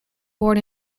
born